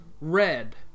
red